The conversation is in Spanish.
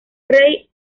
rey